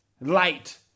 light